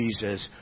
Jesus